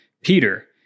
Peter